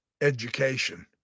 education